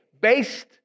based